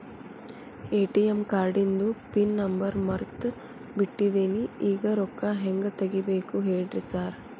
ATM ಕಾರ್ಡಿಂದು pin number ಮರ್ತ್ ಬಿಟ್ಟಿದೇನಿ ಈಗ ರೊಕ್ಕಾ ಹೆಂಗ್ ತೆಗೆಬೇಕು ಹೇಳ್ರಿ ಸಾರ್